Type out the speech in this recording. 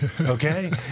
okay